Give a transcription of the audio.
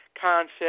concept